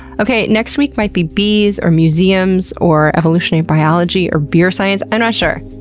okay. next week might be bees, or museums, or evolutionary biology, or beer science. i'm not sure.